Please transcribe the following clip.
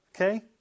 Okay